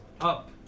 up